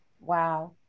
Wow